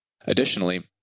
Additionally